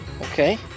okay